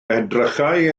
edrychai